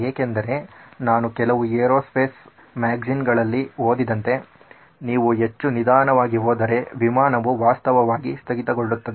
ಏಕೆಂದರೆ ನಾನು ಕೆಲವು ಏರೋಸ್ಪೇಸ್ ಮ್ಯಾಗ್ಜಿನ್ ಗಳಲ್ಲಿ ಓದಿದಂತೆ ನೀವು ಹೆಚ್ಚು ನಿಧಾನವಾಗಿ ಹೋದರೆ ವಿಮಾನವು ವಾಸ್ತವವಾಗಿ ಸ್ಥಗಿತಗೊಳ್ಳುತ್ತದೆ